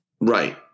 right